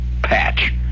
patch